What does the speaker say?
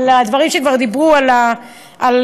על הדברים שכבר נאמרו: על